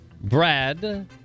Brad